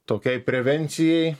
tokiai prevencijai